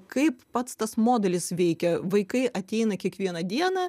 kaip pats tas modelis veikia vaikai ateina kiekvieną dieną